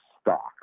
stock